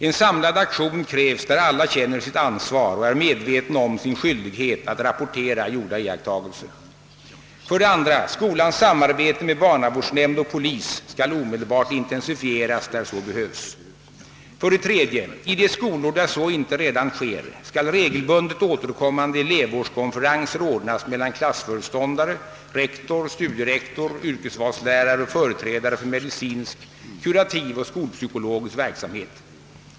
En samlad aktion krävs där alla känner sitt ansvar och är medvetna om sin skyldighet att rapportera gjorda iakttagelser. 2) Skolans samarbete med barnavårdsnämnd och polis skall omedelbart intensifieras där så behövs. 3) I de skolor, där så inte redan sker, skall regelbundet återkommande elevvårdskonferenser ordnas mellan klassföreståndare, rektor/studierektor, yrkesvalslärare och företrädare för medicinsk, kurativ och skolpsykologisk verksamhet.